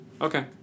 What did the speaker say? Okay